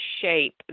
shape